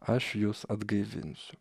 aš jus atgaivinsiu